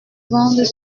vendent